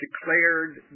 declared